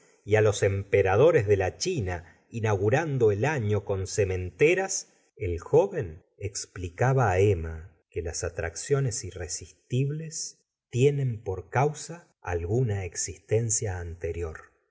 y los emperadores de la china inaugurando el año con sementeras el joven explicaba á emma que las atracciones irresistibles tienen por causa alguna existencia anterior